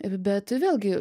bet vėlgi